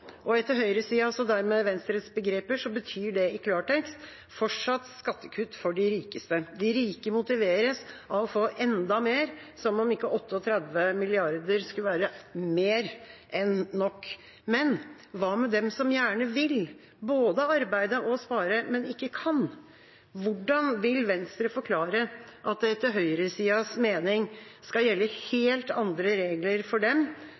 spare». Etter høyresidas og dermed Venstres begreper betyr det i klartekst fortsatt skattekutt for de rikeste. De rike motiveres av å få enda mer, som om ikke 38 mrd. kr skulle være mer enn nok. Men hva med dem som gjerne vil både arbeide og spare, men ikke kan? Hvordan vil Venstre forklare at det etter høyresidas mening skal gjelde helt andre regler for dem,